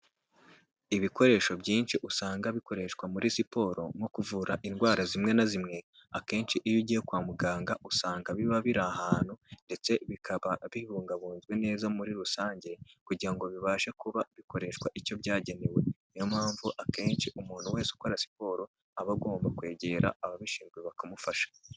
Ibikoresho byinshi usanga bikoreshwa muri siporo nko kuvura indwara zimwe na zimwe akenshi iyo ugiye kwa muganga usanga biba biri ahantu ndetse bikaba bibungabunzwe neza muri rusange kugira ngo bibashe kuba bikoreshwa icyo byagenewe niyo mpamvu akenshi umuntu wese ukora siporo aba agomba kwegera ababishinzwe bakamufasha.